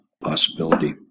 possibility